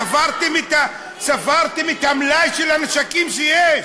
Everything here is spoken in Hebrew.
ספרתם את המלאי של הנשקים שיש?